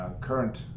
current